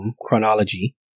Chronology